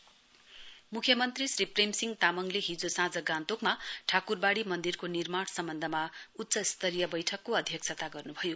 CS cabinet मुख्यमन्त्री श्री प्रेम सिंह तामाङले हिजो साँझ गान्तोकमा ठाकुरवाडी मन्दिरको निर्माण सम्बन्धमा उच्च स्तरीय बैठकको अध्यक्षता गर्नु भयो